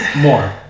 more